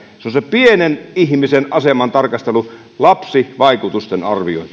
se pienen ihmisen aseman tarkastelu lapsivaikutusten arviointi